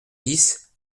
dix